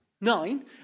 Nine